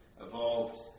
evolved